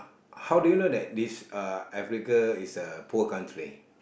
how do you know that this uh Africa is a poor country